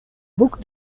book